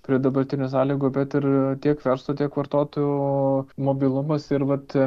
prie dabartinių sąlygų bet ir tiek verslo tiek vartotojų mobilumas ir vat